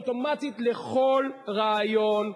אוטומטית לכל רעיון,